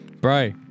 bro